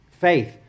Faith